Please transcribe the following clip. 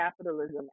capitalism